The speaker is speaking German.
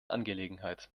angelegenheit